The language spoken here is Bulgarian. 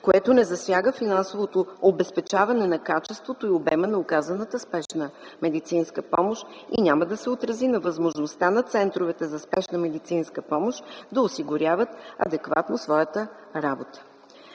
което не засяга финансовото обезпечаване на качеството и обема на оказаната спешна медицинска помощ и няма да се отрази на възможността на центровете за спешна медицинска помощ да осигуряват адекватно своята работа.